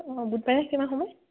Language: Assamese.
অঁ বুধবাৰে কিমান সময়